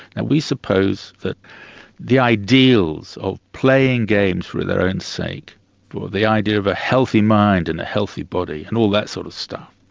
and we suppose that ideals of playing game for their own sake, or the idea of a healthy mind and a healthy body, and all that sort of stuff,